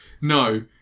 No